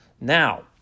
Now